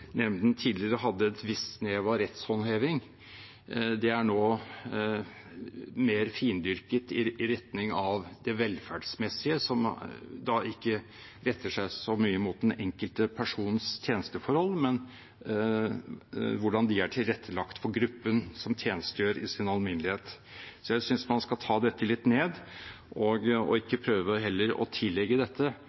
tidligere hadde et visst snev av rettshåndheving, er det nå mer findyrket i retning av det velferdsmessige, som da ikke retter seg så mye mot den enkelte persons tjenesteforhold, men mot hvordan det er tilrettelagt for gruppen som tjenestegjør, i sin alminnelighet. Jeg synes man skal ta dette litt ned og ikke prøve å tillegge dette